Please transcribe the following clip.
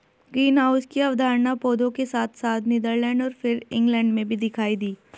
greenhouse की अवधारणा पौधों के साथ साथ नीदरलैंड और फिर इंग्लैंड में भी दिखाई दी